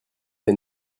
les